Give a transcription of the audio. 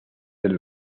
del